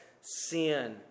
sin